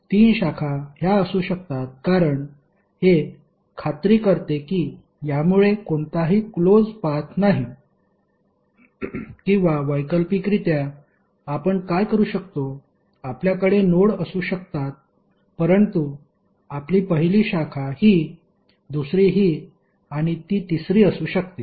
तीन शाखा ह्या असू शकतात कारण हे खात्री करते कि यामुळे कोणताही क्लोज पाथ नाही किंवा वैकल्पिकरित्या आपण काय करू शकतो आपल्याकडे नोड असू शकतात परंतु आपली पहिली शाखा हि दुसरी हि आणि ती तिसरी असू शकते